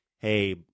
hey